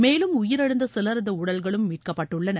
மேலும் உயிரிழந்த சிலரது உடல்களும் மீட்கப்பட்டுள்ளன